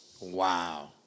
Wow